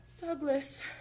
Douglas